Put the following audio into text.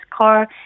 car